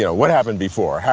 yeah what happened before?